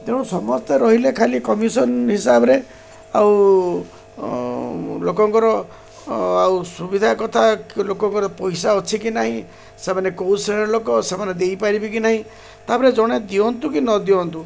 ତେଣୁ ସମସ୍ତେ ରହିଲେ ଖାଲି କମିସନ୍ ହିସାବରେ ଆଉ ଲୋକଙ୍କର ଆଉ ସୁବିଧା କଥା ଲୋକଙ୍କର ପଇସା ଅଛି କି ନାହିଁ ସେମାନେ କେଉଁ ଶ୍ରେଣୀର ଲୋକ ସେମାନେ ଦେଇପାରିବେ କି ନାହିଁ ତା'ପରେ ଜଣେ ଦିଅନ୍ତୁ କି ନ ଦିଅନ୍ତୁ